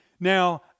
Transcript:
Now